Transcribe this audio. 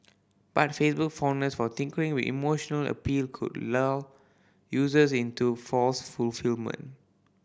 but Facebook's fondness for tinkering with emotional appeal could lull users into false fulfilment